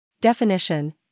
Definition